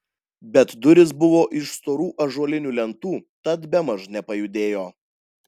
bet durys buvo iš storų ąžuolinių lentų tad bemaž nepajudėjo